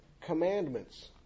commandments